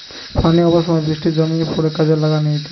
পানি হবার সময় বৃষ্টি জমিয়ে পড়ে কাজে লাগান হয়টে